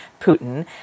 Putin